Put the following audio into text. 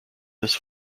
this